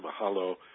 Mahalo